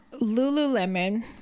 lululemon